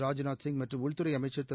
ராஜ்நாத் சிங் மற்றும் உள்துறை அமைச்சர் திரு